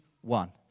one